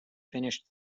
finished